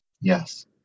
Yes